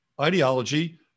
ideology